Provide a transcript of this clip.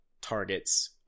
targets